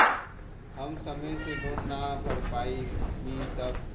हम समय से लोन ना भर पईनी तब?